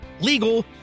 legal